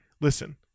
listen